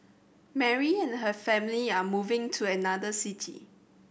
Mary and her family are moving to another city